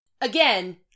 again